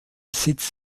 sitz